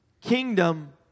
kingdom